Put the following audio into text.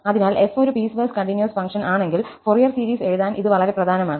അതിനാൽ f ഒരു piecewise continuous function ആണെങ്കിൽ ഫൊറിയർ സീരീസ് എഴുതാൻ ഇത് വളരെ പ്രധാനമാണ്